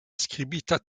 skribita